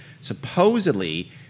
Supposedly